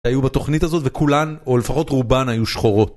שהיו בתוכנית הזאת וכולן, או לפחות רובן היו שחורות